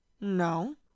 No